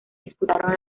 disputaron